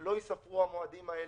לא ייספרו המועדים האלה.